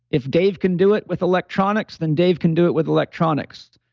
if dave can do it with electronics, then dave can do it with electronics.